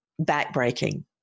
backbreaking